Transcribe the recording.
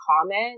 comment